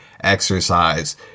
exercise